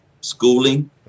schooling